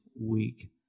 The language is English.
week